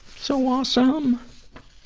so awesome!